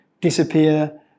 disappear